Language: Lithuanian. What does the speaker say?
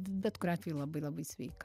bet kuriuo atveju labai labai sveika